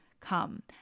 Come